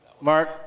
Mark